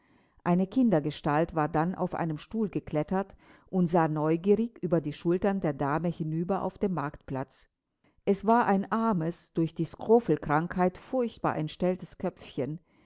eine kindergestalt war dann auf einen stuhl geklettert und sah neugierig über die schultern der dame hinunter auf den marktplatz es war ein armes durch die skrofelkrankheit furchtbar entstelltes köpfchen